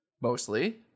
Mostly